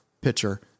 pitcher